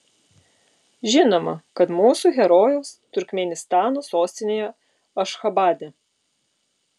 žinoma kad mūsų herojaus turkmėnistano sostinėje ašchabade